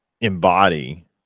embody